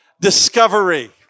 Discovery